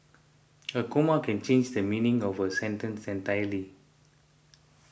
a comma can change the meaning of a sentence entirely